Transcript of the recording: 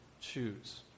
choose